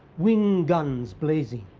wing guns blazing.